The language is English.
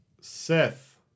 Seth